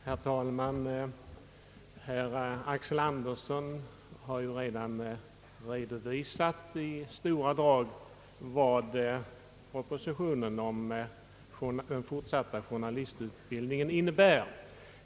Herr talman! Herr Axel Andersson har redan i stora drag redovisat vad propositionen om den fortsatta journalistutbildningen innebär.